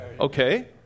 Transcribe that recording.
Okay